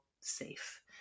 safe